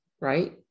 right